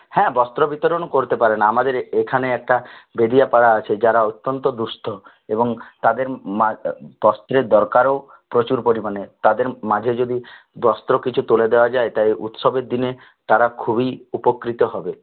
হ্যাঁ বস্ত্র বিতরণও করতে পারেন আমাদের এখানে একটা বেদিয়া পাড়া আছে যারা অত্যন্ত দুঃস্থ এবং তাদের ম বস্ত্রের দরকারও প্রচুর পরিমাণে তাদের মাঝে যদি বস্ত্র কিছু তুলে দেওয়া যায় তাই উৎসবের দিনে তারা খুবই উপকৃত হবে